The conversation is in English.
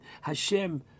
HaShem